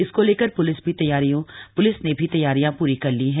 इसको लेकर पुलिस भी तैयारियां पूरी कर ली है